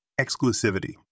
Exclusivity